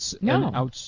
No